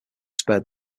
spared